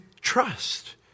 trust